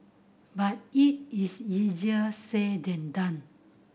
but it is easier said than done